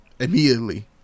immediately